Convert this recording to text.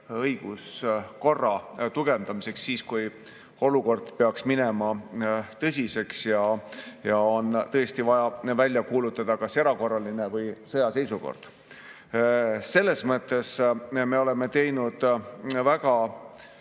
õiguskorra tugevdamiseks, kui olukord peaks minema nii tõsiseks, et on tõesti vaja välja kuulutada kas erakorraline või sõjaseisukord. Selles mõttes me oleme teinud väga